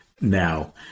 now